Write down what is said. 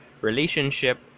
relationship